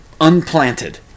unplanted